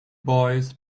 boys